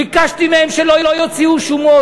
ביקשתי מהם שלא יוציאו שומות,